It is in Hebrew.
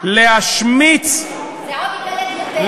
זה עוד ייקלט יותר.